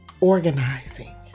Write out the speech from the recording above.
organizing